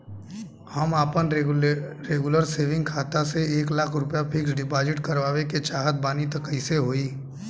हम आपन regular saving खाता से एक लाख रुपया फिक्स डिपॉज़िट करवावे के चाहत बानी त कैसे होई?